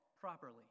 properly